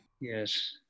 Yes